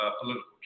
political